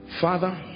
father